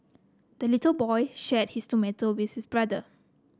the little boy shared his tomato with his brother